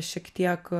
šiek tiek